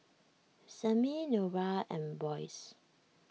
Sammie Norah and Boyce